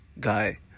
guy